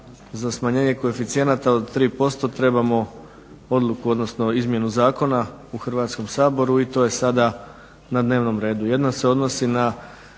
za smanjenje koeficijenata od 3% trebam odluku odnosno izmjenu zakona u Hrvatskom saboru i to je sada na dnevnom redu. Jedna se odnosi na